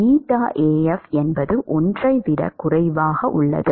Af 1 ஐ விட குறைவாக உள்ளது